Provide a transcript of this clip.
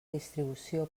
distribució